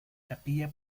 capilla